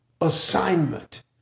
assignment